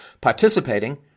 participating